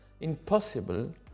impossible